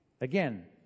again